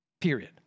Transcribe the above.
Period